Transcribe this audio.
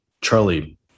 Charlie